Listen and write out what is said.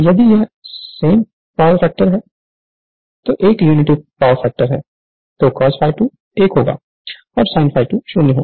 यदि यह एक लैगिंग पावर फैक्टर है या एक यूनिटी पावर फैक्टर है तो cos∅2 1 और sin∅2 0 होगा